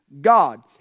God